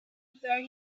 though